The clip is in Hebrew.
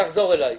תחזור אלי.